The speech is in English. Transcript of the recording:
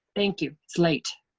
thank you, it's late.